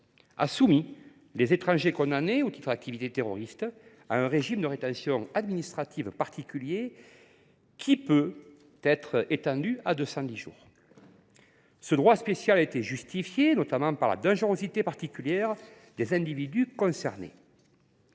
a soumis les étrangers condamnés au titre d’activités terroristes à un régime de rétention administrative particulier, qui peut être étendu à 210 jours. Ce droit spécial a été justifié par la dangerosité particulière des individus concernés.